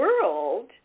world